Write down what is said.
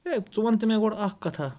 A ژٕ وَنتہٕ مےٚ گۄڈٕ اَکھ کَتھا